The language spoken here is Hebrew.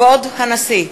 כבוד הנשיא!